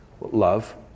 Love